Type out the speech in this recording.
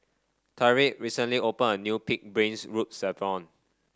Tyriq recently opened a new pig's brain